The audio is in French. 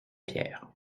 pierre